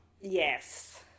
Yes